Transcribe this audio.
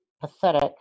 pathetic